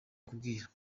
kubwira